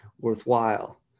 worthwhile